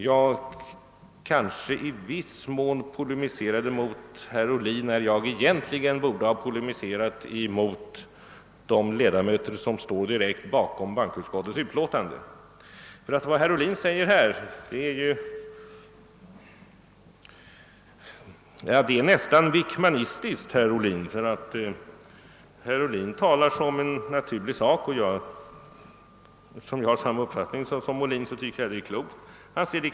Jag kanske i viss mån polemiserade mot herr Ohlin när jag egentligen borde ha polemiserat mot de ledamöter som direkt står bakom bankoutskottets utlåtande nr 43. Vad herr Ohlin nu säger är nämligen nästan Wickmanistiskt.